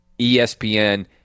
ESPN